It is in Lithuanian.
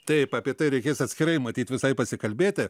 taip apie tai reikės atskirai matyt visai pasikalbėti